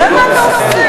למה לא עכשיו, אדוני?